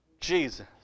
Jesus